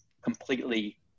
completely